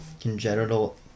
Congenital